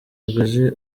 bagaragaje